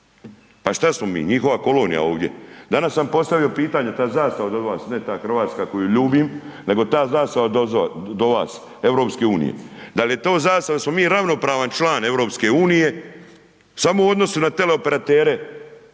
Pa što smo mi, njihova kolonija ovdje? Danas sam postavio pitanje ta zastava do vas, ne ta hrvatska koju ljubim, nego ta zastava do vas EU, da li je to zastava, da li smo mi ravnopravan član EU samo u odnosu na teleoperatere